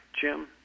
Jim